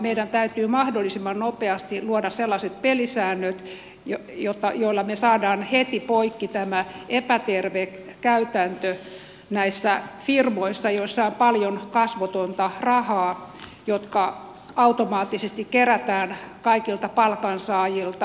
meidän täytyy mahdollisimman nopeasti luoda sellaiset pelisäännöt joilla saadaan heti poikki tämä epäterve käytäntö näissä firmoissa joissa on paljon kasvotonta rahaa joka automaattisesti kerätään kaikilta palkansaajilta